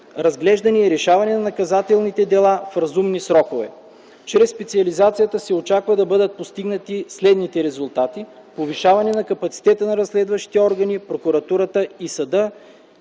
разглеждане и решаване на наказателните дела в разумни срокове. Чрез специализацията се очаква да бъдат постигнати следните резултати: повишаване на капацитета на разследващите органи, прокуратурата и съда,